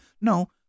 No